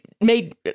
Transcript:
made